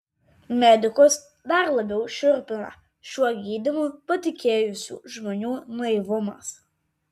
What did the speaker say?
medikus dar labiau šiurpina šiuo gydymu patikėjusių žmonių naivumas